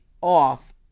off